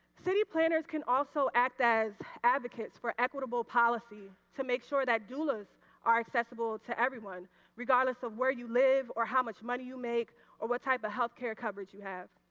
city planners can also act as advocates for equitable policies to make sure that dulas are accessible to everyone regardless of where you live and how much money you make or what type of health care coverage you have.